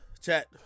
chat